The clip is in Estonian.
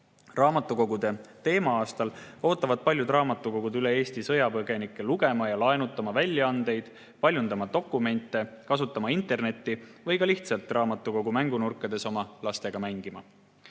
Raamatukogude teema-aastal ootavad paljud raamatukogud üle Eesti sõjapõgenikke lugema ja neilt laenutama, paljundama dokumente, kasutama internetti ja ka lihtsalt raamatukogu mängunurkades oma lastega mängima.